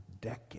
decades